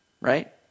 right